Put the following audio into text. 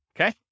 Okay